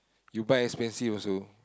you buy expensive also